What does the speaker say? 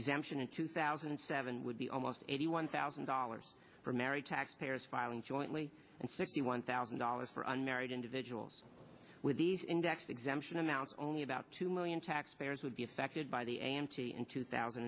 exemption in two thousand and seven would be almost eighty one thousand dollars for married taxpayers filing jointly and sixty one thousand dollars for unmarried individuals with these indexed exemption amount only about two million taxpayers would be affected by the a m t in two thousand